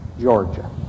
Georgia